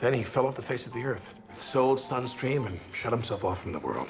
then he fell off the face of the earth. he sold sunstream and shut himself off from the world.